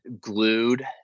glued